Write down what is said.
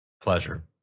Pleasure